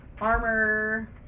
armor